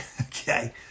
Okay